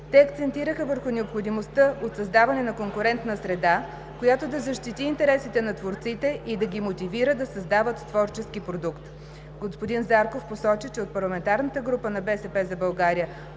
Те акцентираха върху необходимостта от създаване на конкурентна среда, която да защити интересите на творците и да ги мотивира да създават творчески продукт. Господин Зарков посочи, че от парламентарната група на „БСП за България“